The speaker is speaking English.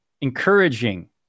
encouraging